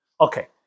Okay